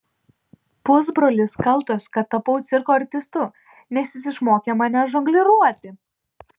pusbrolis kaltas kad tapau cirko artistu nes jis išmokė mane žongliruoti